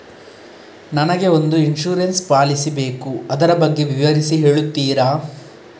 ನನಗೆ ಒಂದು insurance policy ಬೇಕು ಅದರ ಬಗ್ಗೆ ವಿವರಿಸಿ ಹೇಳುತ್ತೀರಾ?